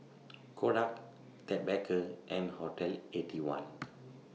Kodak Ted Baker and Hotel Eighty One